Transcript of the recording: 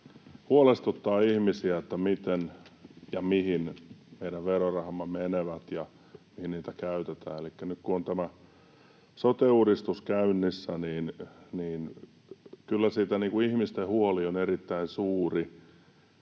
huolestuttaa ihmisiä, miten ja mihin meidän verorahamme menevät ja mihin niitä käytetään. Elikkä nyt kun on tämä sote-uudistus käynnissä, niin kyllä ihmisten huoli siitä on erittäin suuri.